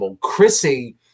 Chrissy